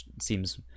seems